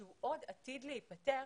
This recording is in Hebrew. שהוא עוד עתיד להיפתר,